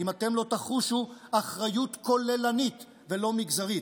אם אתם לא תחושו אחריות כוללנית ולא מגזרית.